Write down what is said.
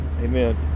Amen